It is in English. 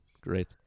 great